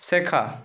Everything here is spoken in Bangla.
শেখা